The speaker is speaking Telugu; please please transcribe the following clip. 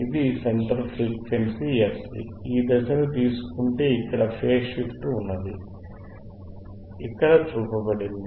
ఇది సెంటర్ ఫ్రీక్వెన్సీ fc ఈ దశని తీసుకుంటే ఇక్కడ ఫేజ్ షిఫ్ట్ ఉన్నది ఇక్కడ చూపబడింది